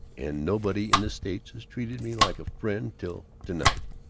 and nobody in the states has treated me like a friend till to-night!